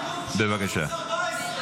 בבקשה.